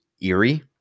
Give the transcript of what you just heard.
eerie